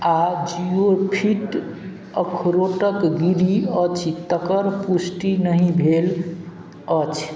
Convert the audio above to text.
आओर जिओफिट अखरोटक गिरि अछि तकर पुष्टि नहि भेल अछि